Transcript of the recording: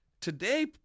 Today